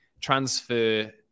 transfer